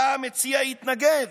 שלה המציע התנגד,